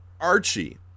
Archie